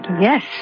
Yes